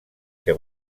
que